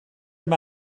them